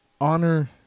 honor